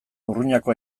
urruñako